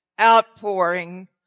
outpouring